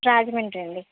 రాజమండ్రి అండి